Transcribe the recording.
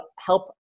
help